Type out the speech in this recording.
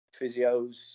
Physios